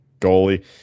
goalie